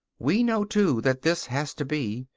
we know too that this has to be,